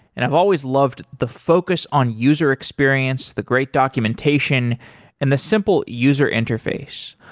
and i've always loved the focus on user experience, the great documentation and the simple user interface.